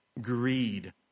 greed